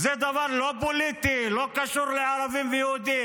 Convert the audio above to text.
זה לא דבר פוליטי, לא קשור לערבים ויהודים.